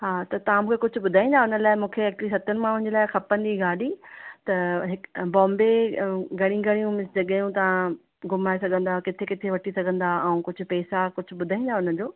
हां त तव्हां मूंखे कुझु ॿुधाईंदा हुन लाइ हिकु मूंखे सतनि माण्हुनि जे लाइ खपंदी गाॾी त हिकु बॉम्बे घणी घणियूं जॻहियूं तव्हां घुमाए सघंदा किथे किथे वठी सघंदा आऊं कुझु पैसा कुझु ॿुधाईंदा हुनजो